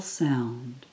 sound